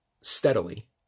steadily